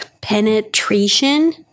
penetration